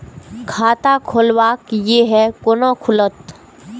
खाता खोलवाक यै है कोना खुलत?